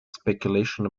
speculation